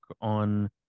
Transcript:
on